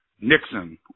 Nixon